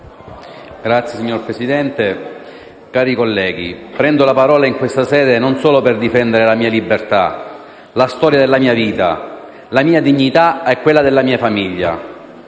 MPL))*. Signor Presidente, onorevoli colleghi, prendo la parola in questa sede per difendere non solo la mia libertà, la storia della mia vita, la mia dignità e quella della mia famiglia,